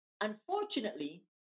Unfortunately